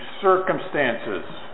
circumstances